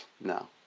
no